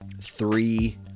Three